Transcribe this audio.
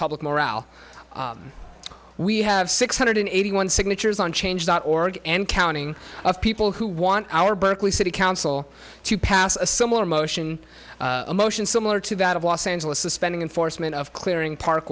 public morale we have six hundred eighty one signatures on change dot org and counting of people who want our berkeley city council to pass a similar motion a motion similar to that of los angeles suspending enforcement of clearing park